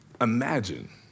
Imagine